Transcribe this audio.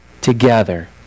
together